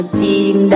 team